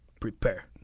prepare